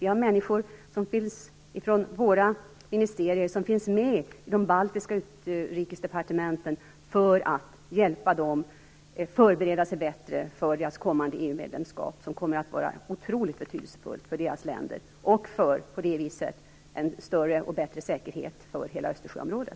Vi har människor från våra ministerier som finns med i de baltiska utrikesdepartementen för att hjälpa dem att förbereda sig bättre för deras kommande EU-medlemskap, som kommer att vara otroligt betydelsefullt för deras länder och för en större och bättre säkerhet för hela Östersjöområdet.